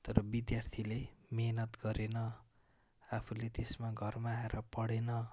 तर विद्यार्थीले मिहिनेत गरेन आफूले त्यसमा घरमा आएर पढेन